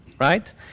right